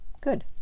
Good